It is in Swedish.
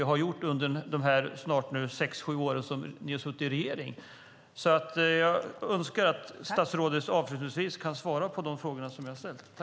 Det har ni gjort under de snart sex sju år som ni har suttit i regering. Jag önskar att statsrådet avslutningsvis kan svara på de frågor som jag ställt.